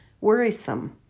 worrisome